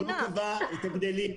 --- הוא לא קבע את ההבדלים,